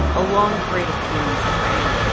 a long parade of pain and suffering.